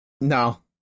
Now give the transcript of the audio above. No